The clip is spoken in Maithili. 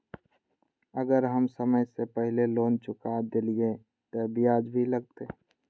अगर हम समय से पहले लोन चुका देलीय ते ब्याज भी लगते?